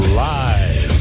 live